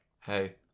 hey